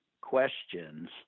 questions